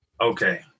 okay